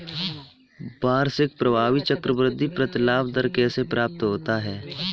वार्षिक प्रभावी चक्रवृद्धि प्रतिलाभ दर कैसे प्राप्त होता है?